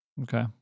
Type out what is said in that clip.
okay